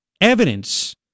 evidence